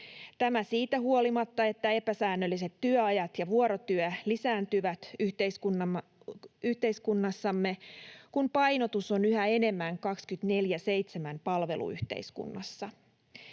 Tämä siitä huolimatta, että epäsäännölliset työajat ja vuorotyö lisääntyvät yhteiskunnassamme, kun painotus on yhä enemmän 24/7-palveluyhteiskunnassa.